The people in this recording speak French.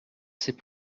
c’est